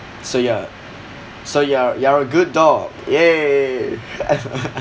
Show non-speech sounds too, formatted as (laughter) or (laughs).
so you are a so you are a you are a good dog !yay! (laughs)